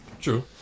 True